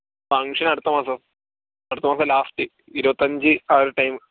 function അടുത്ത മാസം അടുത്ത മാസം ലാസ്റ്റ് ഇരുപത്തഞ്ച് ആ ഒരു ടൈം